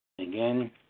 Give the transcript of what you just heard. again